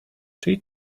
czyj